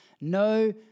No